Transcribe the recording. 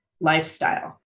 lifestyle